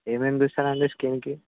ఏమేమి చూస్తారు అండి స్కిన్కి